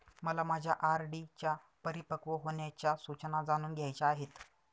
मला माझ्या आर.डी च्या परिपक्व होण्याच्या सूचना जाणून घ्यायच्या आहेत